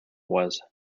was